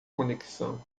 conexão